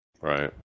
Right